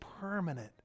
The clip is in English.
permanent